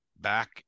back